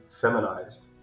feminized